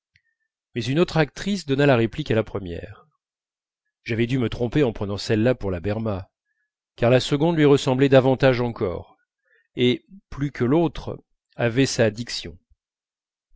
mais une autre actrice donna la réplique à la première j'avais dû me tromper en prenant celle-là pour la berma car la seconde lui ressemblait davantage encore et plus que l'autre avait sa diction